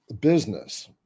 business